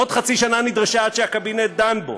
ועוד חצי שנה נדרשה עד שהקבינט דן בו.